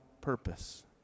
purpose